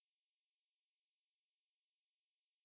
yups சிறு துளி பேரு வெள்ளம்:siru thuli peru vellam yes exactly